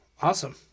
Awesome